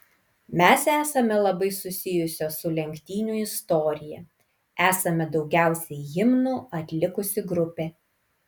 mes esame labai susijusios su lenktynių istorija esame daugiausiai himnų atlikusi grupė